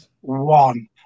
one